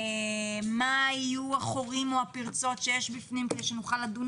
מה יהיו החורים או הפרצות כדי שנוכל לדון